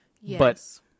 yes